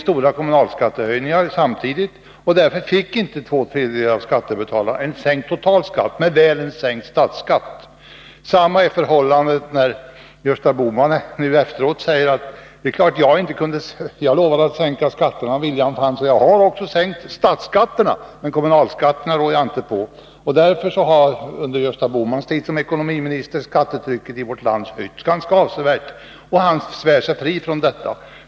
Stora kommunalskattehöjningar kom samtidigt, och därför fick inte två tredjedelar av skattebetalarna en sänkt total skatt, men väl en sänkt statsskatt. Förhållandet är detsamma när Gösta Bohman nu efteråt kommer att säga: Jag lovade att sänka skatterna, viljan fanns, och jag har också sänkt statsskatterna, men kommunalskatterna rår jag inte på. Därför har skattetrycket i vårt land under Gösta Bohmans tid som ekonomiminister höjts ganska avsevärt, men han svär sig fri från detta.